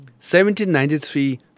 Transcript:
1793